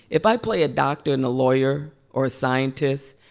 if i play a doctor and a lawyer or a scientist,